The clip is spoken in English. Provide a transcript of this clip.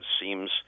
seems